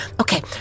Okay